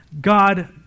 God